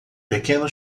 pequeno